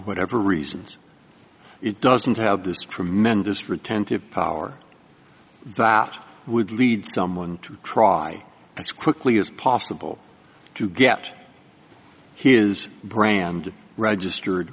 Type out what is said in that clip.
whatever reasons it doesn't have this tremendous retentive power that would lead someone to try as quickly as possible to get his brand registered